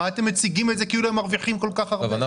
מה אתם מציגים את זה כאילו הם מרוויחים כל כך הרבה?